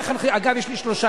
אגב, יש לי שלושה